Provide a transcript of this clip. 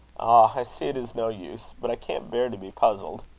i see it is no use but i can't bear to be puzzled.